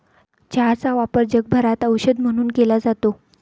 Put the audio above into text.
चहाचा वापर जगभरात औषध म्हणून केला जातो